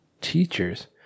teachers